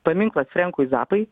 paminklas frenkui zapai